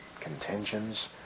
contentions